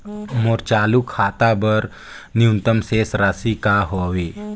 मोर चालू खाता बर न्यूनतम शेष राशि का हवे?